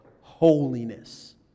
holiness